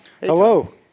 Hello